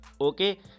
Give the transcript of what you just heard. okay